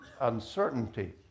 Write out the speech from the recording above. uncertainty